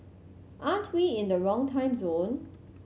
aren't we in the wrong time zone